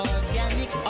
Organic